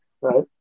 Right